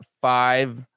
five